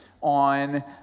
on